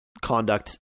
Conduct